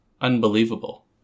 unbelievable